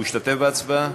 הוא השתתף בהצבעה?